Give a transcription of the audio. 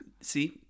See